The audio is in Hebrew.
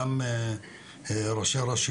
נמצאים איתנו גם ראשי הרשויות,